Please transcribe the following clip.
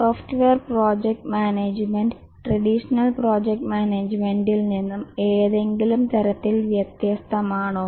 software project management traditional project മാനേജ്മെന്റിൽ നിന്നും ഏതെങ്കിലും തരത്തിൽ വ്യത്യസ്ഥമാണോ